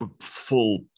full